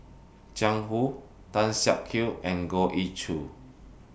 Jiang Hu Tan Siak Kew and Goh Ee Choo